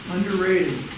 Underrated